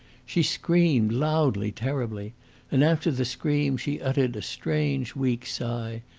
she screamed loudly, terribly and after the scream she uttered a strange, weak sigh,